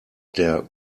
der